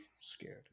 scared